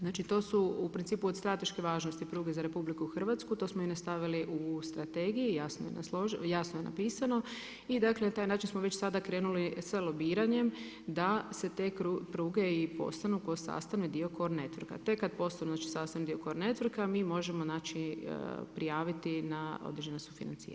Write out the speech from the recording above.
Znači to su u principu od strateške važnosti pruge za RH, to smo i nastavili i u strategiji jasno je napisano i na taj način smo već sada krenuli sa lobiranjem da se te pruge postanu kao sastavni dio core networka to je kada postanu sastavni dio core networka mi možemo prijaviti na određena sufinanciranja.